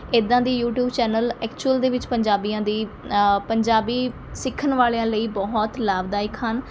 ਇੱਦਾਂ ਦੀ YouTube channel actual ਦੇ ਵਿੱਚ ਪੰਜਾਬੀਆਂ ਦੀ ਪੰਜਾਬੀ ਸਿੱਖਣ ਵਾਲਿਆਂ ਲਈ ਬਹੁਤ ਲਾਭਦਾਇਕ ਹਨ